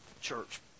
church